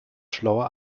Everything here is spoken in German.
schlauer